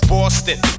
Boston